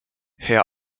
herr